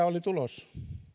oli tulos